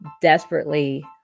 desperately